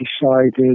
decided